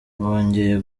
bongeye